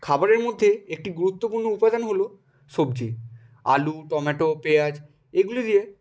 খাবারের মধ্যে একটি গুরুত্বপূর্ণ উপাদান হলো সবজি আলু টমেটো পেঁয়াজ এগুলি দিয়ে